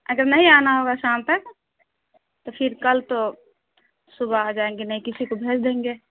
اگر نہیں آنا ہوگا شام تک تو پھر کل تو صبح آ جائیں گے نہیں کسی کو بھیج دیں گے